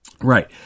Right